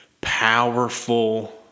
powerful